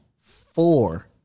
four